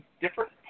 different